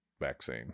vaccine